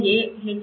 இங்கே ஹச்